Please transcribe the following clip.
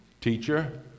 teacher